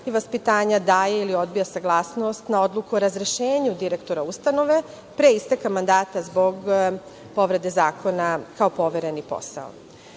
i vaspitanja daje ili odbija saglasnost na odluku o razrešenju direktora ustanove, pre isteka mandata zbog povrede zakona, kao povereni